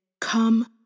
Come